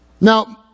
Now